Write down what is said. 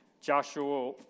Joshua